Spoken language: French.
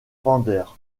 fender